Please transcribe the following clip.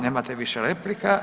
Nemate više replika.